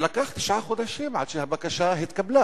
ולקח תשעה חודשים עד שהבקשה התקבלה.